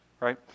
Right